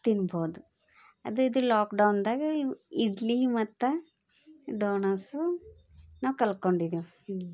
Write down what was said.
ತಿನ್ಬಹುದು ಅದೇ ಇದು ಲಾಕ್ಡೌನ್ದಾಗ ಇವು ಇಡ್ಲಿ ಮತ್ತು ಡೋನಾಸು ನಾವು ಕಲ್ತ್ಕೊಂಡಿದ್ದೇವೆ